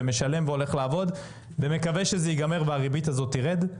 משלם והולך לעבוד ומקווה שזה ייגמר והריבית הזאת תרד.